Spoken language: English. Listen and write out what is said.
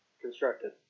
Constructed